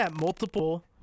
multiple